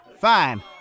Fine